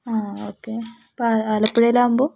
ആ ഓക്കെ അപ്പം ആലപ്പുഴയിൽ ആകുമ്പോൾ